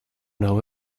know